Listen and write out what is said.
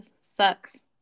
sucks